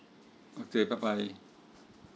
okay bye bye